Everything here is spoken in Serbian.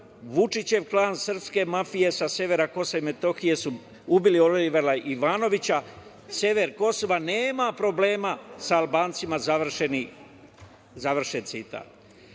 „Vučićev klan srpske mafije sa severa Kosova i Metohije su ubili Olivera Ivanovića. Sever Kosova nema problema sa Albancima“, završen citat. Da